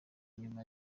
nyuma